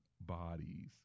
bodies